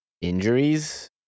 injuries